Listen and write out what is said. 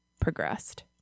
progressed